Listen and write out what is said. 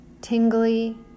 tingly